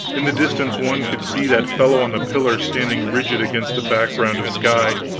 in the distance one could see that fellow on the pillar standing rigid against the background of sky,